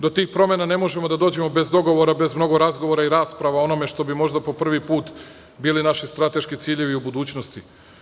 Do tih promena ne možemo da dođemo bez dogovora, bez mnogo razgovora i rasprava o onome što bi možda po prvi put bili naši strateški ciljevi u budućnosti.